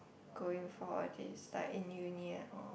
going for all these like in union or